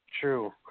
True